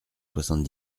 soixante